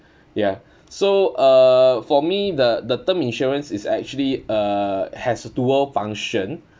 ya so uh for me the the term insurance is actually uh has a dual function